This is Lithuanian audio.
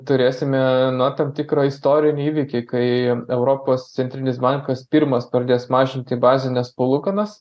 turėsime nu tam tikrą istorinį įvykį kai europos centrinis bankas pirmas pradės mažinti bazines palūkanas